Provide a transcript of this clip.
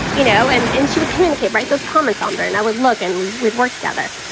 you know, and and she would communicate, write those comments on there. and i would look and we'd work together.